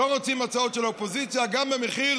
לא רוצים הצעות של האופוזיציה גם במחיר